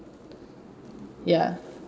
ya